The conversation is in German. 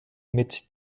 mit